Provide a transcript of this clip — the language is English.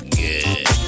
good